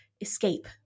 escape